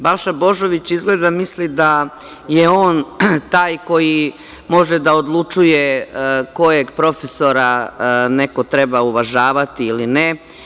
Balša Božović izgleda misli da je on taj koji može da odlučuje kojeg profesora neko treba uvažavati ili ne.